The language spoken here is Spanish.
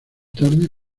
tarde